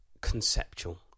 conceptual